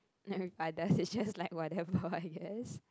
but then it's just like whatever I guess